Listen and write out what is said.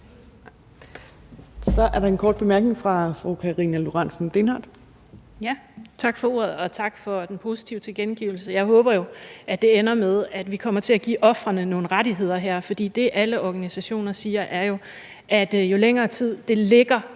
Karina Lorentzen Dehnhardt. Kl. 14:57 Karina Lorentzen Dehnhardt (SF): Tak for ordet, og tak for den positive tilkendegivelse. Jeg håber jo, at det ender med, at vi kommer til at give ofrene nogle rettigheder her. For det, alle organisationer siger, er, at jo længere tid det ligger